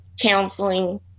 counseling